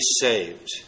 saved